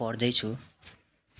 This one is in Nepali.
पढ्दैछु